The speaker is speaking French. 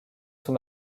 sous